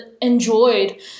enjoyed